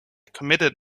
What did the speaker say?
committed